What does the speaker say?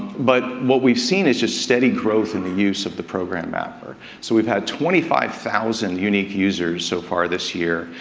but what we've seen is just steady growth in the use of the program mapper. so, we've had twenty five thousand unique users so far, this year,